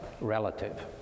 relative